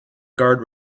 guard